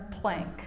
plank